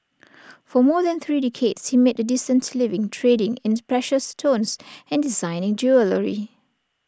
for more than three decades he made A decent living trading in precious stones and designing jewellery